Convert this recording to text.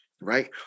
right